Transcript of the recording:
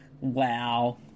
wow